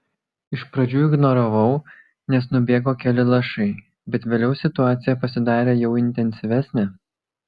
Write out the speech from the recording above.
iš pradžių ignoravau nes nubėgo keli lašai bet vėliau situacija pasidarė jau intensyvesnė